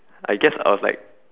I guess I was like